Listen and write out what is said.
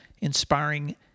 inspiring